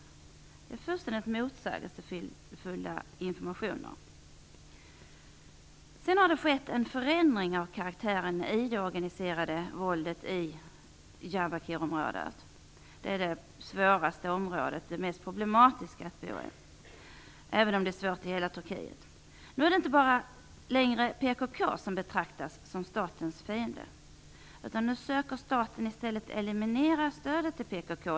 Detta är fullständigt motsägelsefulla informationer. Det har skett en förändring av karaktären på det organiserade våldet i Diyarbakirområdet. Det är det område som det är mest problematiskt att bo i, även om det är svårt i hela Turkiet. Nu är det inte längre bara PKK som betraktas som statens fiende, utan nu försöker staten i stället eliminera stödet till PKK.